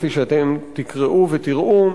כפי שאתם תקראו ותראו,